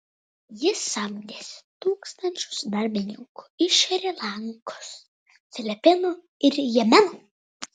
jis samdėsi tūkstančius darbininkų iš šri lankos filipinų ir jemeno